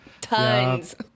Tons